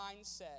mindset